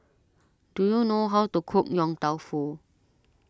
do you know how to cook Yong Tau Foo